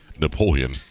Napoleon